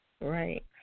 Right